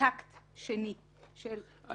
טקט שני של היישום.